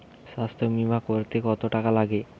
স্বাস্থ্যবীমা করতে কত টাকা লাগে?